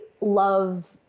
love